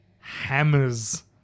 hammers